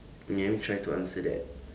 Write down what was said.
let me try to answer that